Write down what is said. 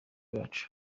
bacu